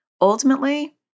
ultimately